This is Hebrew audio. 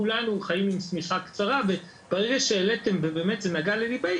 כולנו חיים עם שמיכה קצרה וברגע שהעליתם ובאמת זה נגע לליבנו,